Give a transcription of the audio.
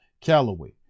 Callaway